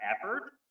effort